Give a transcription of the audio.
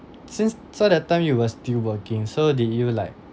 since so that time you were still working so did you like